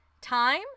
time